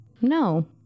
No